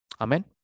Amen